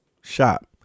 shop